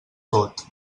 tot